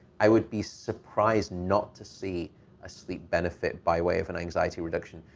i would be surprised not to see a sleep benefit by way of an anxiety reduction.